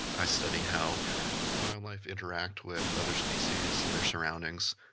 i study how wildlife interact with other species and their surroundings,